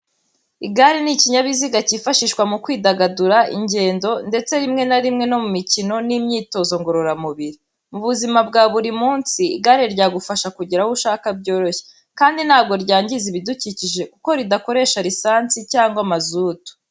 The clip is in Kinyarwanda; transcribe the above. Igare ni ikinyabiziga cyifashishwa mu kwidagadura, ingendo, ndetse rimwe na rimwe no mu mikino n’imyitozo ngororamubiri. Mu buzima bwa buri munsi, igare ryagufasha kugera aho ushaka byoroshye, kandi ntabwo ryangiza ibidukikije kuko ridakoresha lisansi cyangwa mazutu.